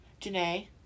janae